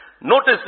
Notice